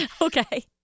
Okay